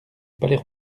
palais